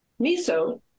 MISO